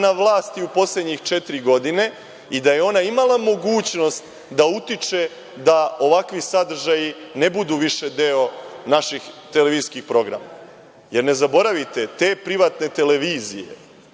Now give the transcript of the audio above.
na vlasti u poslednjih četiri godine i da je ona imala mogućnost da utiče da ovakvi sadržaji ne budu više deo naših televizijskih programa. Jer, ne zaboravite, te privatne televizije